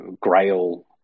grail